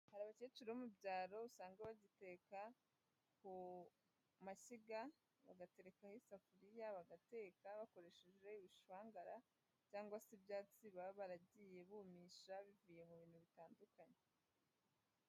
Hari abakecuru bo mu byaro usanga bagiteka ku mashyiga, bagaterekaho isafuriya bagateka bakoresheje ibishangara cyangwa se ibyatsi baba baragiye bumisha bivuye mu bintu bitandukanye.